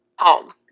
home